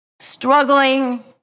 struggling